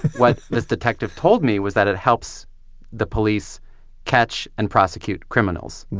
what this detective told me was that it helps the police catch and prosecute criminals.